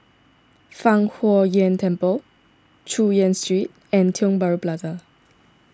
Fang Huo Yuan Temple Chu Yen Street and Tiong Bahru Plaza